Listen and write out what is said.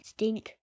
Stink